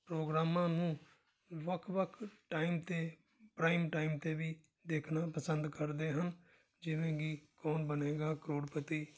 ਪ੍ਰੋਗਰਾਮਾਂ ਨੂੰ ਵੱਖ ਵੱਖ ਟਾਈਮ 'ਤੇ ਪ੍ਰਾਈਮ ਟਾਈਮ 'ਤੇ ਵੀ ਦੇਖਣਾ ਪਸੰਦ ਕਰਦੇ ਹਨ ਜਿਵੇਂ ਕਿ ਕੌਣ ਬਣੇਗਾ ਕਰੋੜਪਤੀ